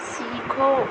सीखो